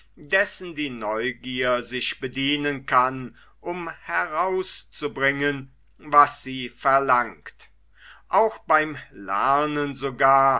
dessen die neugier sich bedienen kann um herauszubringen was sie verlangt auch beim lernen sogar